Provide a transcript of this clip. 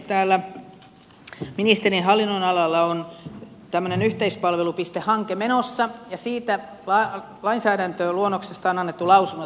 täällä ministerin hallinnonalalla on tämmöinen yhteispalvelupistehanke menossa ja siitä lainsäädäntöluonnoksesta on annettu lausunnot